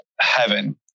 heaven